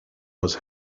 was